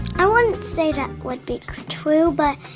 i wouldn't say that would be true, but.